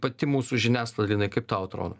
pati mūsų žiniasklaida linai kaip tau atrodo